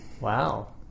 Wow